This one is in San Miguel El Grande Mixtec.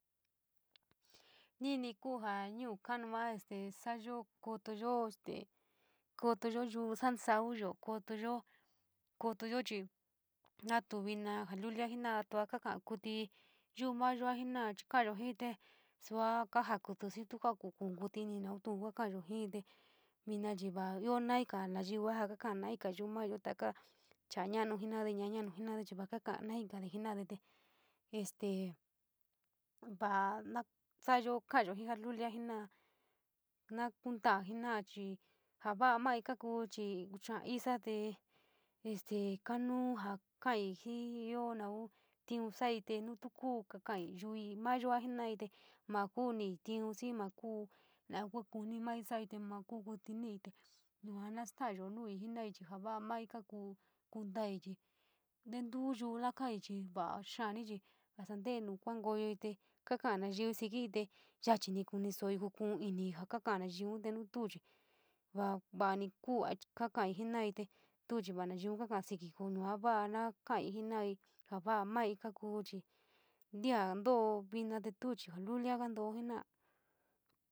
Nini' ku ja no ho´onua te sa´ayo kotoyo este kotoyo yuu jaa saiyo kotoyo kotoyo chi no tuo vinio po lulo jenoua tuo kaka kuit yuu mayo jenoua te kaayo fiji te saa ka jeto yuu te kajutu ini naou tuo ja kaayo fiji te uni chi po naiga naiyú jaa kakata nai yuu mayo taka che manou jenoua, maa manu jenoua na chi vaa kakata naijade jenaade te este vaa na saiyou katayo ji. Jaluía fimpia no kuntau jenoua chi jaa noii tekouu chi chaa isa te te kamou jaa kaijipo naou tuun soi tee tuo tuo kai yoi mayo jenaai te maa kuu ni tuun xii maa kuu nou ka kuu ini maa saiyai te maa kuu kuit niiji te yuu maa statayo mui jenai chi jaa vai moi kakuu kuu nii chi, tentuu yuu na kai chi vai kani chi vasa inou kouankouyo te kakaa naiyú siiki. Te yachí ni soi fukuu iniiji jaa kakata naiio tuo nu tuo chi, vaa vani kuu kakaa jenou te tuo chi vaa naiyú kakata siikii chi yuu naa va kai, jaa mai kakuchii ntiou ntou vina chi jaa lulia kanto´o jena´a.